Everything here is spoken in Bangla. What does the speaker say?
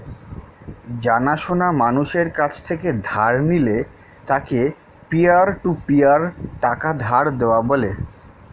জানা সোনা মানুষের কাছ থেকে ধার নিলে তাকে পিয়ার টু পিয়ার টাকা ধার দেওয়া বলে